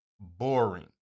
boring